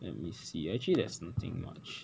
let me see actually there's nothing much